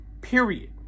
period